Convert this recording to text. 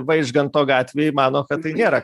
vaižganto gatvėj mano kad tai nėra